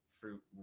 fruit